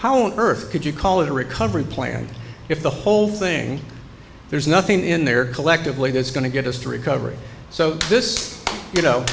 how on earth could you call it a recovery plan if the whole thing there's nothing in there collectively that's going to get us to recovery so this you know